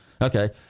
Okay